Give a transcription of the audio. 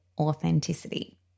authenticity